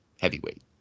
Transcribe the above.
heavyweight